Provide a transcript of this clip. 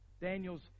Daniel's